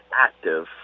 active